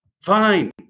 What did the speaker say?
Fine